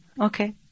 Okay